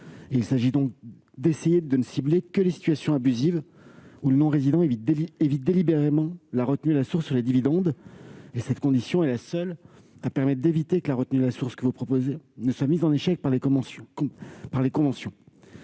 Il convient donc de ne cibler que les situations abusives dans lesquelles le non-résident évite délibérément la retenue à la source sur les dividendes. Cette condition est la seule permettant d'éviter que la retenue à la source que vous proposez ne soit mise en échec par les conventions.